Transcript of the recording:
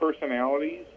personalities